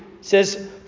says